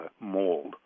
mold